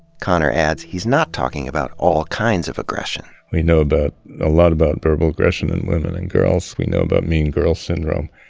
konner adds he's not talking about all kinds of aggression. we know a ah lot about verbal aggression in women and girls. we know about mean girl syndrome.